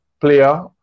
player